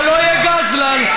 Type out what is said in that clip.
ולא יהיה גזלן.